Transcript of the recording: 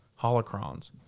holocrons